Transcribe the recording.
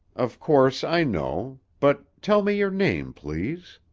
of course i know but tell me your name, please!